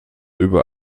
über